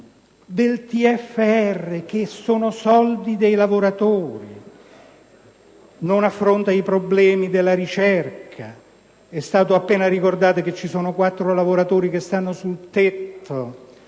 del TFR, che sono soldi dei lavoratori, e non affronta i problemi della ricerca (come è stato appena ricordato, ci sono quattro lavoratori che sono saliti